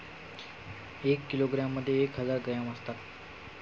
एक किलोग्रॅममध्ये एक हजार ग्रॅम असतात